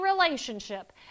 relationship